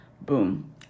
boom